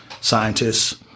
scientists